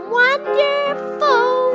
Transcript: wonderful